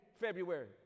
February